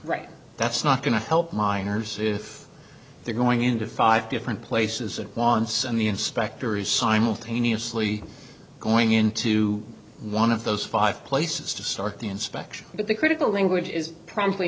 right that's not going to help miners if they're going into five different places of lawns on the inspectors simultaneously going into one of those five places to start the inspection but the critical language is promptly